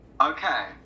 Okay